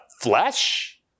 flesh